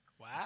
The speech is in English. Wow